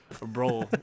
bro